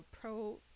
pro